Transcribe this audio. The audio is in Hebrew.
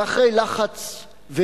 ואחרי לחץ,